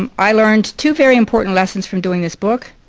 um i learned two very important lessons from doing this book,